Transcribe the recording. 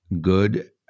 good